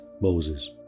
Moses